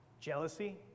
jealousy